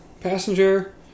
Passenger